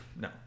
no